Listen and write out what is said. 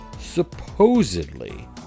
supposedly